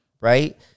right